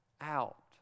out